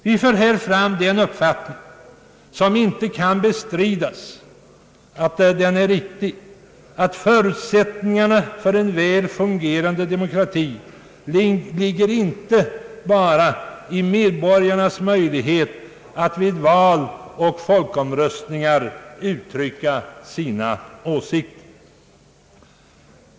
Vi för här fram den uppfattningen — och det kan inte bestridas att den är riktig — att förutsättningarna för en väl fungerande demokrati inte bara ligger i medborgarnas möjligheter att vid val och folkomröstningar uttrycka sina åsikter.